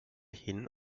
hin